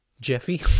Jeffy